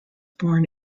born